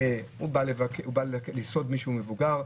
הוא בא לסעוד מישהו מבוגר,